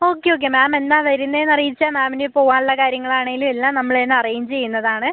okay okay ma'am എന്നാ വെരുന്നേന്ന് അറിയിച്ചാ മാമിന് പോവാൻ ഉള്ള കാര്യങ്ങൾ ആണേലും എല്ലാം നമ്മള് തന്നെ അറേഞ്ച് ചെയ്യുന്നതാണ്